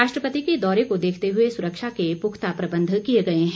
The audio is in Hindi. राष्ट्रपति के दौरे को देखते हुए सुरक्षा के पुख्ता प्रबंध किए गए हैं